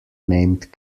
named